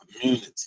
community